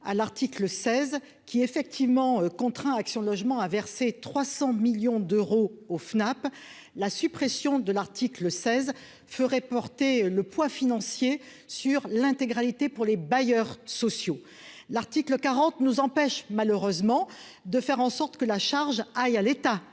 à l'article 16 qui effectivement contraint Action Logement à verser 300 millions d'euros au FNAP la suppression de l'article 16 ferais porter le poids financier sur l'intégralité pour les bailleurs sociaux, l'article 40 nous empêche malheureusement de faire en sorte que la charge aillent à l'État,